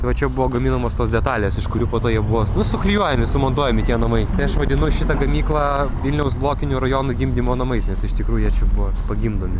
va čia buvo gaminamos tos detalės iš kurių po to jie buvo nu suklijuojami sumontuojami tie namai tai aš vadinu šitą gamyklą vilniaus blokinių rajonų gimdymo namais nes iš tikrųjų jie čia buvo pagimdomi